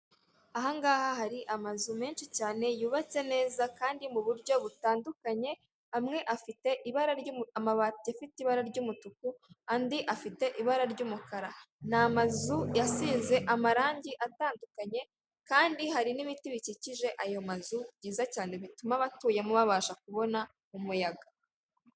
Aha ngaha hari amazu menshi cyane yubatse neza kandi mu buryo butandukanye amwe afite amabati afite ibara ry'umutuku andi afite ibara ry'umukara n'amazu yasizwe amarangi atandukanye kandi hari n'ibiti bikikije ayo mazu byiza cyane bituma abatuyemo babasha kubona umuyaga.